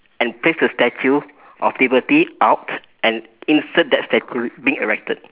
and place the statue of liberty out and insert that statue being erected